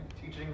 Teaching